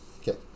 Okay